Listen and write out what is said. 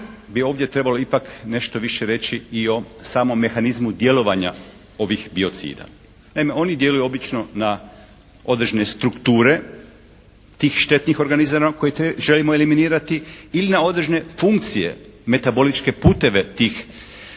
bi ovdje trebalo ipak nešto više reći i o samom mehanizmu djelovanja ovih biocida. Naime oni djeluju obično na određene strukture tih štetnih organizama koje želimo eliminirati ili na određene funkcije, metaboličke puteve tih